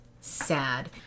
sad